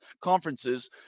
conferences